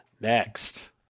Next